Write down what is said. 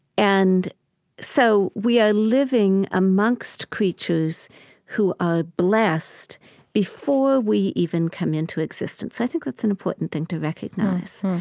and so we are living amongst creatures who are blessed before we even come into existence. i think that's an important thing to recognize